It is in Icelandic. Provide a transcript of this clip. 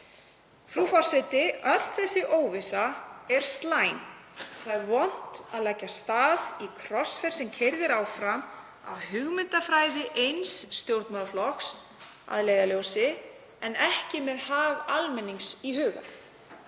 Frú forseti. Öll þessi óvissa er slæm. Það er vont að leggja af stað í krossferð sem keyrð er áfram með hugmyndafræði eins stjórnmálaflokks að leiðarljósi en ekki með hag almennings í huga.